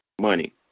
money